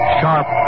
sharp